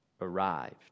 arrived